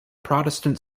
protestant